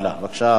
בבקשה.